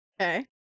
Okay